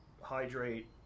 hydrate